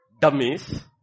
dummies